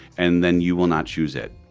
and then you will not choose it